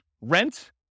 rent